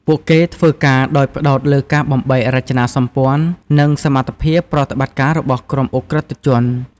ពួកគេធ្វើការដោយផ្តោតលើការបំបែករចនាសម្ព័ន្ធ និងសមត្ថភាពប្រតិបត្តិការរបស់ក្រុមឧក្រិដ្ឋជន។